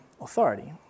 authority